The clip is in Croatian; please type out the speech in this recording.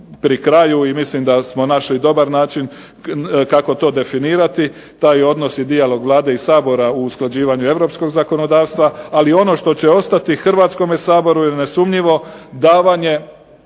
i mislim da smo našli dobar način kako to definirati. Taj odnos i dijalog Vlade i Sabora u usklađivanju europskog zakonodavstva, ali ono što će ostati Hrvatskome saboru je nesumnjivo davanje